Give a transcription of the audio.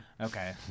Okay